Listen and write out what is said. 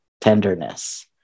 tenderness